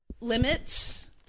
limits